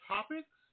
Topics